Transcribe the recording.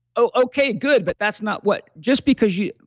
oh, okay, good. but that's not what. just because you.